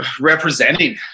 representing